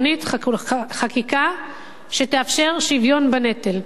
חקיקה הגיונית, חקיקה שתאפשר שוויון בנטל,